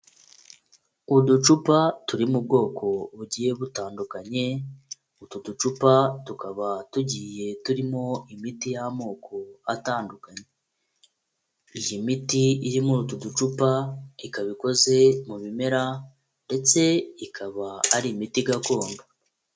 Uducupa turi mu bwoko bugiye butandukanye, utu ducupa tukaba tugiye turimo imiti y'amoko atandukanye, iyi miti iri muri utu ducupa, ikaba ikoze mu bimera ndetse ikaba ari imiti gakondo.